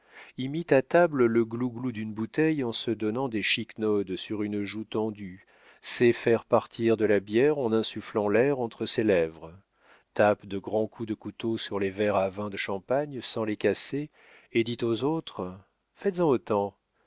sentiments imite à table le glouglou d'une bouteille en se donnant des chiquenaudes sur une joue tendue sait faire partir de la bière en insufflant l'air entre ses lèvres tape de grands coups de couteau sur les verres à vin de champagne sans les casser et dit aux autres faites-en autant